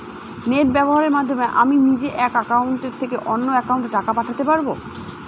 Net ব্যবহারের মাধ্যমে আমি নিজে এক অ্যাকাউন্টের থেকে অন্য অ্যাকাউন্টে টাকা পাঠাতে পারব?